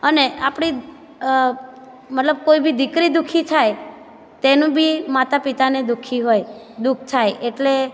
અને આપણી મતલબ કોઈ બી દીકરી દુખી થાય તેનું બી માતાપિતાને દુખી હોય દુખ થાય એટલે